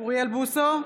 אוריאל בוסו,